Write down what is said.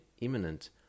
imminent